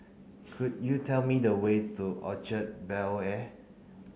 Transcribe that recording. could you tell me the way to Orchard Bel Air